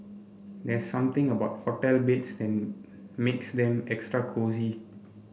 there's something about hotel beds that makes them extra cosy